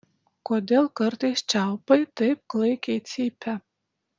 kodėl kartais čiaupai taip klaikiai cypia